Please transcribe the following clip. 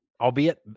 albeit